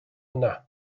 yna